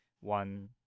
one